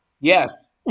Yes